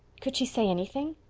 could she say anything?